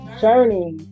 journey